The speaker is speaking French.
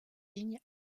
ligne